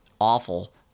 awful